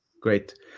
great